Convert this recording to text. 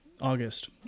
August